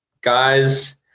guys